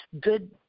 good